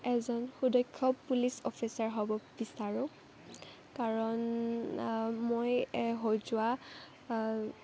এজন সুদক্ষ police officer হ'ব বিচাৰোঁ কাৰণ মই হৈ যোৱা